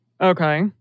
Okay